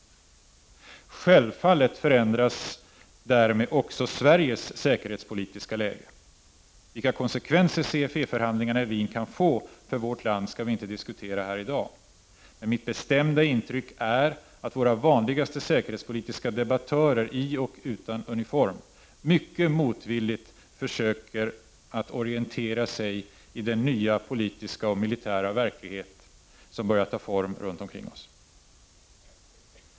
Självfallet förändras därmed också Sveriges säkerhetspolitiska läge. Vilka konsekvenser CFE-förhandlingarna i Wien kan få för vårt land skall vi inte diskutera här i dag. Men mitt bestämda intryck är att våra vanligaste säker hetspolitiska debattörer i och utan uniform mycket motvilligt försöker att orientera sig i den nya politiska och militära verklighet som börjat ta form runt omkring oss.